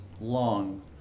long